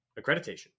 accreditation